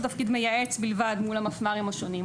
תפקיד מייעץ בלבד מול המפמ"רים השונים,